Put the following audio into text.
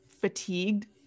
fatigued